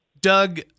Doug